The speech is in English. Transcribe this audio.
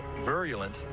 virulent